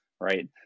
right